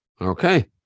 okay